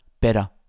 better